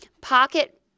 pocket